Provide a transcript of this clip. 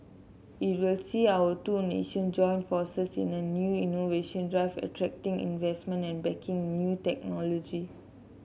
it will see our two nation join forces in a new innovation drive attracting investment and backing new technology